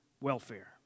welfare